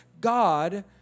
God